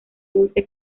dulce